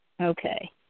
Okay